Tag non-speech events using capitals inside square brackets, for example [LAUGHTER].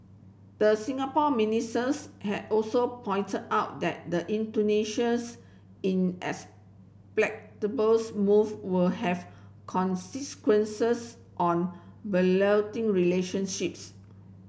the Singapore ministers had also pointed out that the Indonesia's [UNINTELLIGIBLE] move will have consequences on [UNINTELLIGIBLE] relationships